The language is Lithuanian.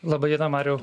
laba diena mariau